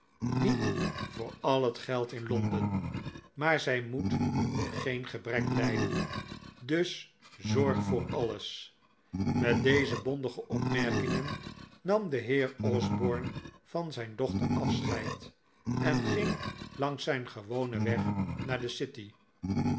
niet voor al het geld in londen maar zij moet nu geen gebrek lijden dus zorg voor alles met deze bondige opmerkingen nam de heer osborne van zijn dochter afscheid en ging langs zijn gewonen weg naar de city